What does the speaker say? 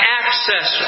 access